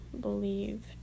believe